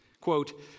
Quote